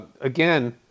again